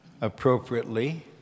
appropriately